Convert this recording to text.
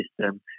system